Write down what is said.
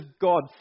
God